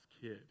kid